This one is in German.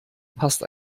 passt